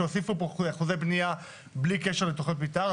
שהוסיפו פה אחוזי בנייה בלי קשר לתכנית מתאר.